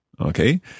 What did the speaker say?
Okay